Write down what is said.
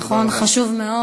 נכון, חשוב מאוד.